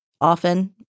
often